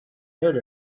heard